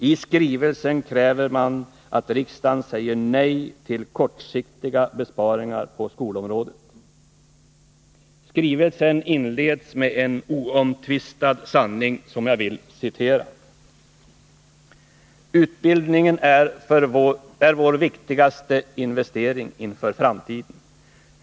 I skrivelsen kräver man att riksdagen säger nej till kortsiktiga besparingar på skolområdet. Skrivelsen inleds med en oomtvistad sanning som jag vill citera: ”Utbildningen är vår viktigaste investering inför framtiden.